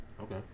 Okay